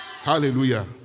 Hallelujah